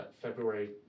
February